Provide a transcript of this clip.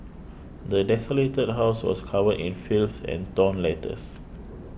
the desolated house was covered in filth and torn letters